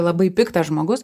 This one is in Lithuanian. labai piktas žmogus